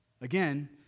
again